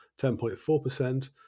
10.4%